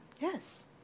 yes